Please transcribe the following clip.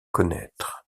connaître